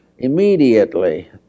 Immediately